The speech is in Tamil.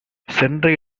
சென்ற